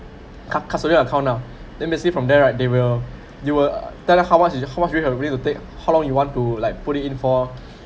cust~ custodian account ah then basically from there right they will you will tell how much is it how much risk you will to take how long you want to like put it in for